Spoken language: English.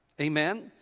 Amen